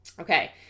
Okay